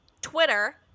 Twitter